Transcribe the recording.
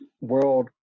world